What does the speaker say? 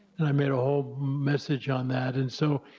and i made a whole message on that. and so,